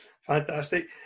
Fantastic